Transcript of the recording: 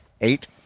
Eight